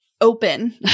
open